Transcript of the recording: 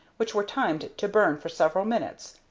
which were timed to burn for several minutes,